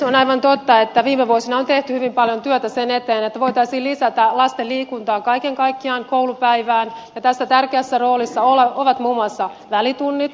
on aivan totta että viime vuosina on tehty hyvin paljon työtä sen eteen että voitaisiin lisätä koulupäivään lasten liikuntaa kaiken kaikkiaan ja tässä tärkeässä roolissa ovat muun muassa välitunnit